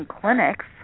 clinics